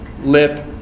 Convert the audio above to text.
lip